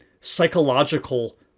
psychological